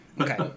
Okay